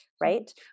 right